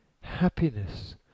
happiness